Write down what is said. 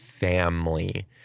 Family